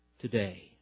today